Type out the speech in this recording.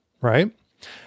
right